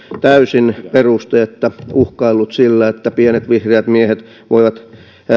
täysin perusteetta uhkaillut sillä että pienet vihreät miehet voivat